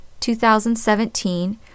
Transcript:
2017